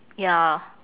ya